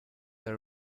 that